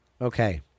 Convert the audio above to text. Okay